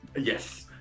Yes